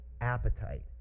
appetite